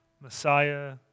Messiah